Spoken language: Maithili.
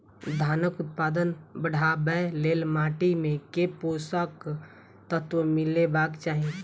धानक उत्पादन बढ़ाबै लेल माटि मे केँ पोसक तत्व मिलेबाक चाहि?